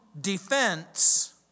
defense